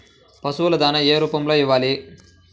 పశువుల దాణా ఏ రూపంలో ఇవ్వాలి?